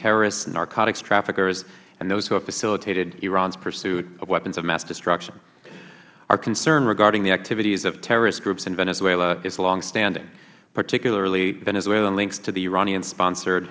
terrorists narcotics traffickers and those who have facilitated iran's pursuit of weapons of mass destruction our concern regarding the activities of terrorist groups in venezuela is longstanding particularly venezuelan links to the iranian sponsored